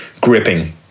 gripping